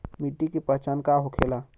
मिट्टी के पहचान का होखे ला?